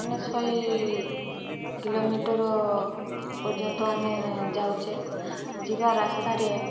ମାନେ ଶହେ କିଲୋମିଟର ପର୍ଯ୍ୟନ୍ତ ଆମେ ଯାଉଛେ ଯିବା ରାସ୍ତାରେ